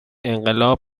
انقلاب